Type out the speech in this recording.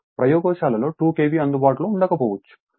ప్రయోగశాలలో 2KV అందుబాటులో ఉండకపోవచ్చు